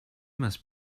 must